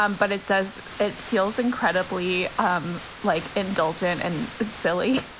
um but it does it feels incredibly um like indulgent and silly.